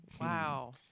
Wow